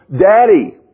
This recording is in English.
Daddy